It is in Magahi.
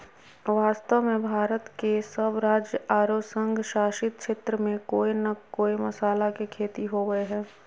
वास्तव में भारत के सब राज्य आरो संघ शासित क्षेत्र में कोय न कोय मसाला के खेती होवअ हई